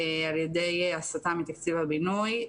על ידי הסטה מתקציב הבינוי,